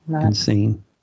insane